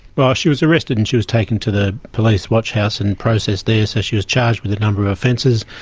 well, she was arrested and she was taken to the police watch house and processed there, so she was charged with a number of offences.